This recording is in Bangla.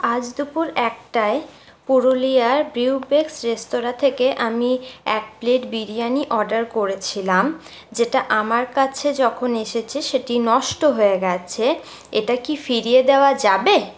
আজ দুপুর একটায় পুরুলিয়ার ব্রিউবেকস্ রেস্তোরাঁ থেকে আমি এক প্লেট বিরিয়ানি অর্ডার করেছিলাম যেটা আমার কাছে যখন এসেছে সেটি নষ্ট হয়ে গেছে এটা কি ফিরিয়ে দেওয়া যাবে